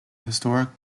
historic